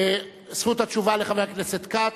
זכות התשובה לחבר הכנסת כץ.